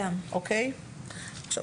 (ד) "אין